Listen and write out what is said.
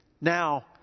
Now